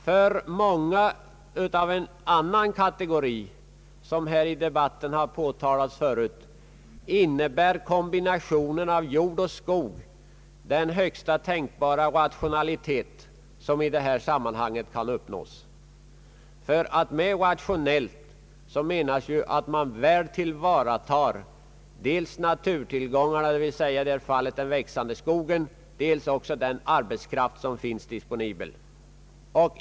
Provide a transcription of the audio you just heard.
För många av en annan kategori — vilket tidigare påpekats här i debatten — innebär kombinationen av jordoch skogsbruk den högsta tänkbara rationalitet som i detta sammanhang kan uppnås, ty med rationellt menas ju att man väl tillvaratar dels naturtillgångar, d.v.s. i detta fall den växande skogen, dels den arbetskraft som finns disponibel.